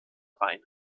reine